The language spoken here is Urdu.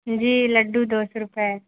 جی لڈو دو سو روپے